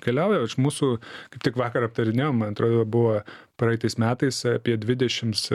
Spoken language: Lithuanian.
keliauja mūsų kaip tik vakar aptarinėjom man atrodo buvo praeitais metais apie dvidešims